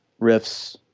riffs